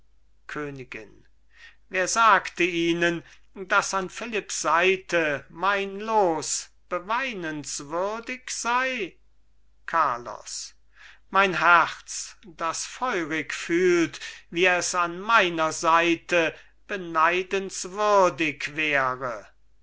königin wer sagte ihnen daß an philipps seite mein los beweinenswürdig sei carlos mein herz das feurig fühlt wie es an meiner seite beneidenswürdig wäre